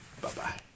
Bye-bye